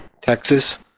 Texas